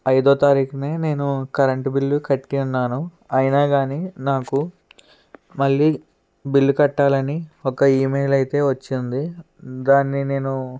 ఐదో తారీఖునే నేను కరెంటు బిల్లు కట్టియున్నాను అయినా కాని నాకు మళ్ళీ బిల్లు కట్టాలని ఒక ఈమెయిల్ అయితే వచ్చింది దాన్ని నేను